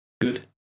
good